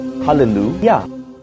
Hallelujah